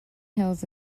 hills